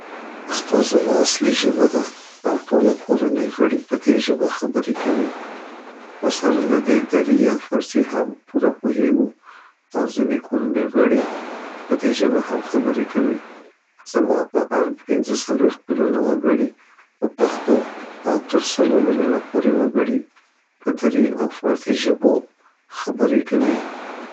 پښتو زما اصلي ژبه ده او ټوله کورنۍ غړي په دې ژبه خبرې کوي، خو سره له دې دری یا فارسي هم پوره پوهیږو، او ځینې کورنۍ غړي په دې ژبه هم خبرې کوي. زما په آند پنځه څلویښت میلونه وګړي په پښتو او او تر سلو میلونو پوري وګړي په دری او فارسي ژبو خبري کوي.